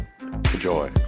Enjoy